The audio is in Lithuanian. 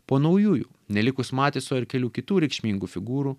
po naujųjų nelikus matiso ir kelių kitų reikšmingų figūrų